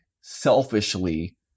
selfishly